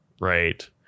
Right